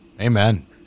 Amen